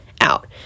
out